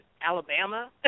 Alabama